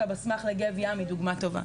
לגב ים הוא דוגמה טובה.